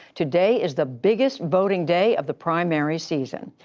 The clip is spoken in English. today is the biggest voting day of the primary season.